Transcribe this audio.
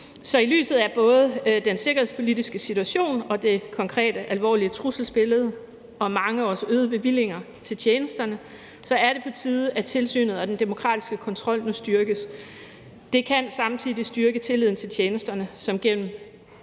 Så i lyset af både den sikkerhedspolitiske situation, det konkrete alvorlige trusselsbillede og mange års øgede bevillinger til tjenesterne er det på tide, at tilsynet og den demokratiske kontrol må styrkes. Det kan samtidig styrke tilliden til tjenesterne, som gennem